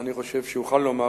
אני חושב שאוכל לומר,